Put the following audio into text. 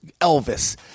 Elvis